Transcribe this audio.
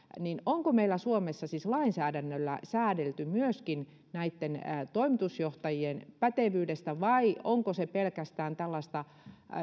onko meillä suomessa siis lainsäädännöllä säädetty myöskin näitten toimitusjohtajien pätevyydestä vai onko se pelkästään tällaista